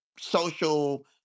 social